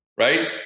Right